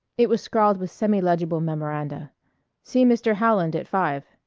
it was scrawled with semi-legible memoranda see mr. howland at five.